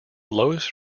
lowest